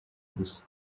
gusa